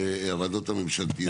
הוועדות הממשלתיות.